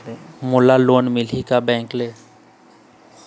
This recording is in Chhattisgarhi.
मोला लोन मिलही का बैंक ले?